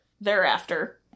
thereafter